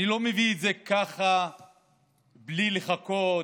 אני לא מביא את זה ככה בלי לחכות,